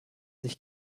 sich